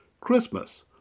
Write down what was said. Christmas